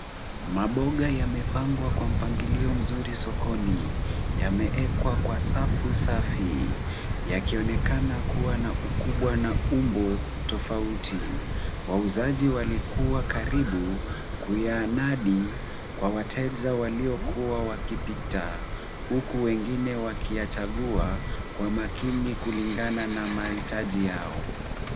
Maboga yamepangwa kwa mpangilio mzuri sokoni, yameekwa kwa safu safi, yakionekana kuwa na ukubwa na umbo tofauti, wauzaji walikuwa karibu kuyaanadi kwa wateja waliokuwa wakipita huku wengine wakiyachagua kwa makini kulingana na mahitaji yao.